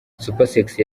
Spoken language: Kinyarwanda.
supersexy